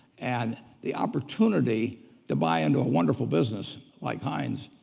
and the opportunity to buy into a wonderful business like heinz,